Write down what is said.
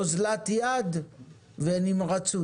וגם המנכ"לית תרחיב ותספר,